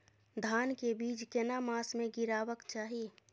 धान के बीज केना मास में गीरावक चाही?